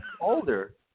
older